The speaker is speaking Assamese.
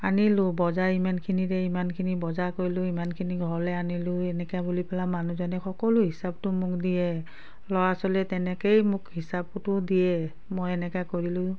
আনিলোঁ বজাৰ ইমানখিনিৰে ইমানখিনি বজাৰ কৰিলোঁ ইমানখিনি ঘৰলৈ আনিলোঁ এনেকুৱা বুলি পেলাই মানুহজনে সকলো হিচাপটো মোক দিয়ে ল'ৰা ছোৱালীয়ে তেনেকেই মোক হিচাপটো দিয়ে মই এনেকুৱা কৰিলোঁ